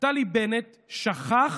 נפתלי בנט שכח